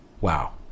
Wow